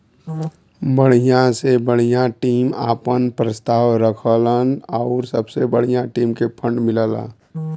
बढ़िया से बढ़िया टीम आपन प्रस्ताव रखलन आउर सबसे बढ़िया टीम के फ़ंड मिलला